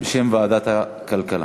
בשם ועדת הכלכלה.